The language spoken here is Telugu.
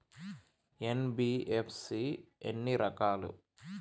ఎన్.బి.ఎఫ్.సి ఎన్ని రకాలు?